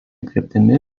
kryptimi